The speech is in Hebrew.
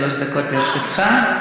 בבקשה, אדוני, עד שלוש דקות לרשותך.